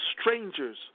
strangers